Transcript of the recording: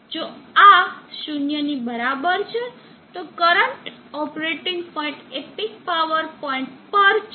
જો આ 0 ની બરાબર છે તો કરંટ ઓપરેટિંગ પોઇન્ટ એ પીક પાવર પોઇન્ટ પર છે